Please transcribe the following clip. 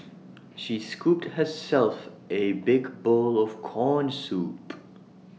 she scooped herself A big bowl of Corn Soup